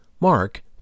Mark